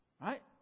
Right